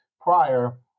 prior